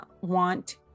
want